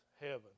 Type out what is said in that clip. heaven